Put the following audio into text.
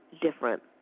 different